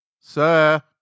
Sir